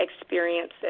experiences